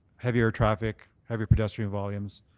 heavier traffic, heavier pedestrian volumes,